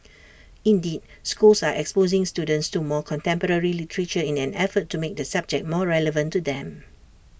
indeed schools are exposing students to more contemporary literature in an effort to make the subject more relevant to them